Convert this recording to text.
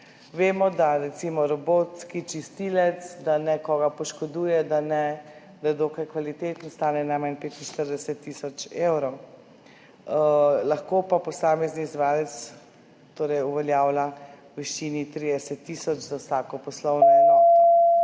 Vemo, da recimo robotski čistilec, da nekoga ne poškoduje, da je dokaj kvaliteten, stane najmanj 45 tisoč evrov. Lahko pa posamezni izvajalec uveljavlja v višini 30 tisoč evrov za vsako poslovno enoto.